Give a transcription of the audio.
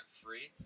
free